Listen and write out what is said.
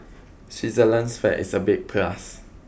Switzerland's flag is a big plus